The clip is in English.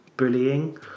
bullying